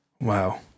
Wow